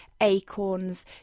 Acorns